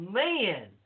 man